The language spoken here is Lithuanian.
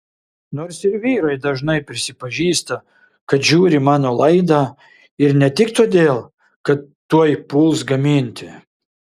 nors ir vyrai dažnai prisipažįsta kad žiūri mano laidą ir ne tik todėl kad tuoj puls gaminti